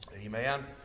Amen